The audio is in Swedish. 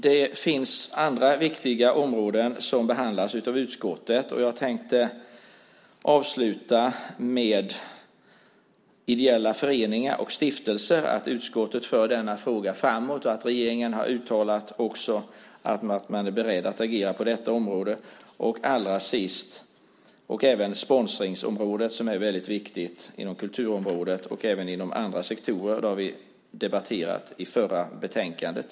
Det finns andra viktiga områden som behandlas av utskottet, och jag tänkte avsluta med ideella föreningar och stiftelser. Utskottet för denna fråga framåt, och regeringen har också uttalat att man är beredd att agera på detta område. Det gäller även sponsringsområdet, som är väldigt viktigt inom kulturområdet och även inom andra sektorer. Det har vi debatterat i debatten om förra betänkandet.